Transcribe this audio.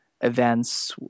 events